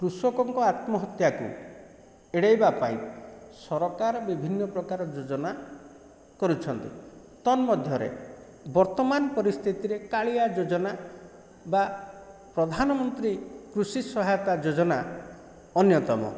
କୃଷକଙ୍କ ଆତ୍ମହତ୍ୟାକୁ ଏଡ଼ାଇବା ପାଇଁ ସରକାର ବିଭିନ୍ନ ପ୍ରକାର ଯୋଜନା କରିଛନ୍ତି ତନ୍ମଧ୍ୟରେ ବର୍ତ୍ତମାନ ପରିସ୍ଥିତିରେ କାଳିଆ ଯୋଜନା ବା ପ୍ରଧାନମନ୍ତ୍ରୀ କୃଷି ସହାୟତା ଯୋଜନା ଅନ୍ୟତମ